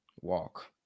walk